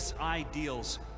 ideals